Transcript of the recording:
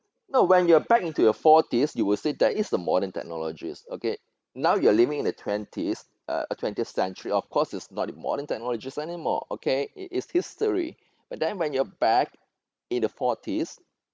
no when you're back into your forties you will say that is the modern technologies okay now you are living in the twenties uh twentieth century of course it's not the modern technologies anymore okay it is history but then when you're back in the forties